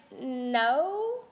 no